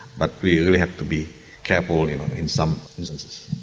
but we really have to be careful in some instances.